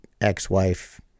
ex-wife